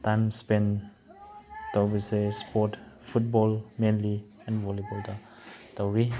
time spend ꯇꯧꯕꯁꯦ sport football mainly ꯇꯧꯏ